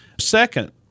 second